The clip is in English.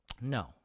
no